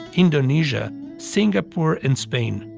indonesia, singapore and spain.